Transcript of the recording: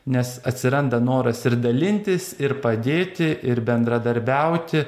nes atsiranda noras ir dalintis ir padėti ir bendradarbiauti